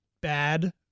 bad